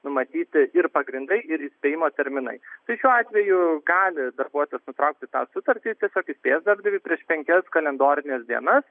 numatyti ir pagrindai ir įspėjimo terminai tai šiuo atveju gali darbuotojas nutraukti tą sutartį tiesiog įspėjęs darbdavį prieš penkias kalendorines dienas